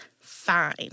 fine